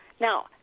now